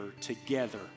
together